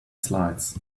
slides